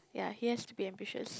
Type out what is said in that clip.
ya he has to be ambitious